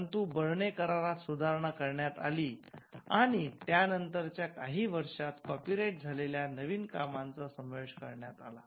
परंतु बर्ने करारात सुधारणा करण्यात आली आणि त्यानंतरच्या काही वर्षांत कॉपीराइट झालेल्या नवीन कामांचा समावेश करण्यात आला